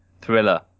thriller